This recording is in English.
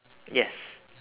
yes